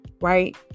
right